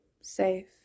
safe